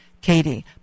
Katie